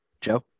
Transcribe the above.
Joe